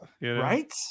right